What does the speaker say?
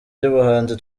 ry’ubuhanzi